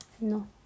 No